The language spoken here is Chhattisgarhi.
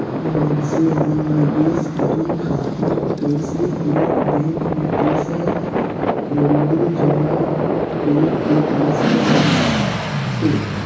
मइनसे मन निवेस करे खातिर कइयो गोट बेंक में पइसा कउड़ी जमा कइर के पइसा ल राखथें